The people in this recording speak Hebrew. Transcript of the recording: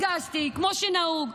הגשתי כמו שנהוג.